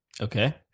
Okay